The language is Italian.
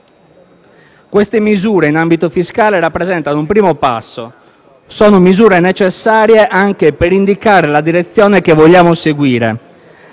Queste misure in ambito fiscale rappresentano un primo passo: sono misure necessarie anche per indicare la direzione che vogliamo seguire: